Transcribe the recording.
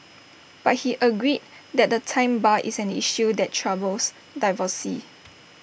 but he agreed that the time bar is an issue that troubles divorcees